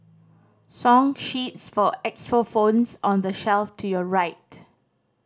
song sheets for xylophones on the shelf to your right